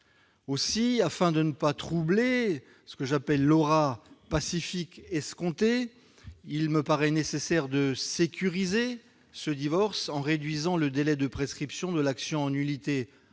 Afin de ne pas troubler ce que j'appelle « l'aura pacifique escomptée », il me paraît nécessaire de sécuriser ce divorce en réduisant le délai de prescription de l'action en nullité